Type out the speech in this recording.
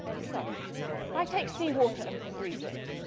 so i take sea water and freeze it,